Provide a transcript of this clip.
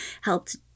helped